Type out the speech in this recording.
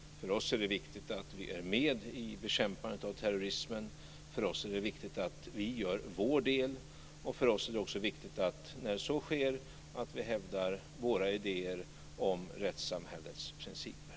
För oss är det viktigt att vi är med i bekämpandet av terrorismen. För oss är det viktigt att vi gör vår del. För oss är det också viktigt att när så sker vi hävdar våra idéer om rättssamhällets principer.